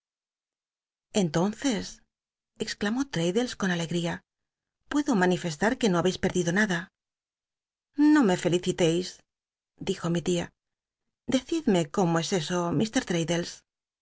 entonces exclamó tradclles con alcgl'ia puedo manifestar que no babcis pel'dido nada no me fcl icitcis dijo mi tia decidme como es eso